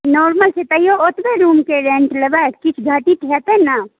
normal छै तैयो ओतबे रूमके रेंट लेबै किछु घटित हेतै ने